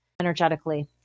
energetically